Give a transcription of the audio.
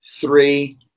three